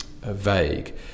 vague